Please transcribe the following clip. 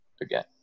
again